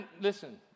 listen